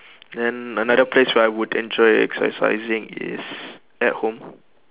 then another place where I would enjoy exercising is at home